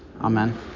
Amen